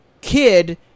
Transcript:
kid